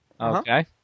Okay